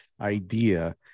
idea